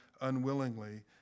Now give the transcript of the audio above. unwillingly